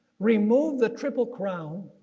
removed the triple crown,